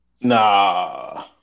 Nah